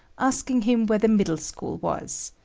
asking him where the middle school was.